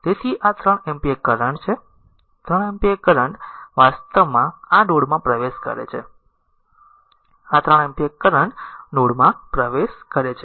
તેથી આ 3 ampere current છે 3 એમ્પીયર કરંટ વાસ્તવમાં આ નોડમાં પ્રવેશ કરે છે આ 3 એમ્પીયર કરંટ નોડમાં પ્રવેશ કરે છે